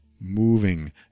moving